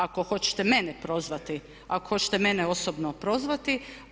Ako hoćete mene prozvati, ako hoćete mene osobno prozvati.